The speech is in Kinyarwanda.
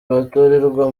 batorerwa